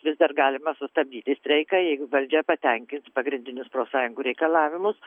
vis dar galima sustabdyti streiką jeigu valdžia patenkins pagrindinius profsąjungų reikalavimus